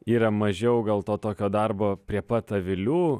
yra mažiau gal to tokio darbo prie pat avilių